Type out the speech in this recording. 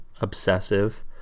obsessive